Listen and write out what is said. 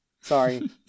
sorry